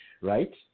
Right